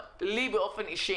בועטים ונושמים וקיימים,